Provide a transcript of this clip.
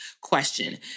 question